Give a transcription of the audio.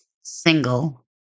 single